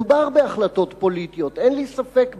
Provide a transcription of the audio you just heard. מדובר בהחלטות פוליטיות, אין לי ספק בכך.